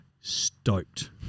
stoked